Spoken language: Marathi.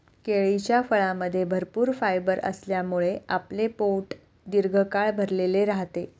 केळीच्या फळामध्ये भरपूर फायबर असल्यामुळे आपले पोट दीर्घकाळ भरलेले राहते